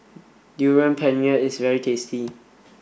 durian pengat is very tasty